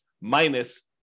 minus